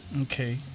Okay